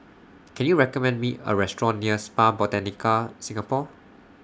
Can YOU recommend Me A Restaurant near Spa Botanica Singapore